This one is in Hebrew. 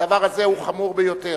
הדבר הזה הוא חמור ביותר.